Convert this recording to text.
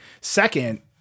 Second